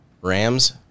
Rams